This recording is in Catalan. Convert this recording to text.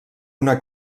una